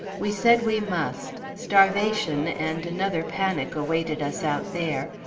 we said we must starvation, and another panic awaited us out there,